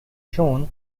shown